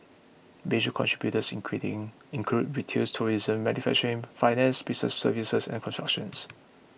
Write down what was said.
major contributors including include retail tourism manufacturing finance business services and constructions